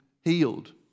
healed